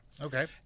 Okay